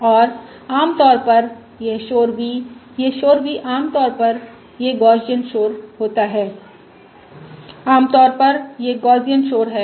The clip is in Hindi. और आमतौर पर यह शोर v यह शोर v आमतौर पर यह गौसियन शोर होता है आमतौर पर यह गौसियन शोर है